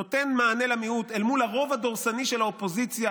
נותן מענה למיעוט אל מול הרוב הדורסני של האופוזיציה,